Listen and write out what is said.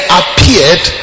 appeared